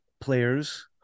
players